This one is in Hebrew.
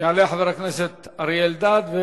יעלה חבר הכנסת אריה אלדד.